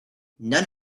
none